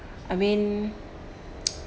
I mean